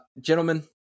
Gentlemen